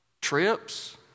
trips